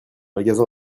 magasin